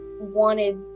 wanted